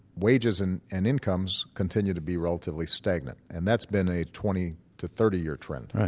wages and and incomes continue to be relatively stagnant, and that's been a twenty to thirty year trend,